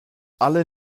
alle